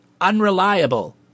Unreliable